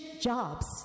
jobs